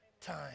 time